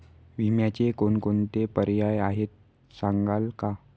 विम्याचे कोणकोणते पर्याय आहेत सांगाल का?